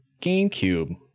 gamecube